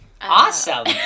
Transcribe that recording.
Awesome